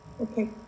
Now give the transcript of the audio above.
okay